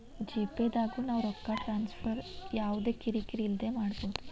GPay ದಾಗು ನಾವ್ ರೊಕ್ಕ ಟ್ರಾನ್ಸ್ಫರ್ ಯವ್ದ ಕಿರಿ ಕಿರಿ ಇಲ್ದೆ ಮಾಡ್ಬೊದು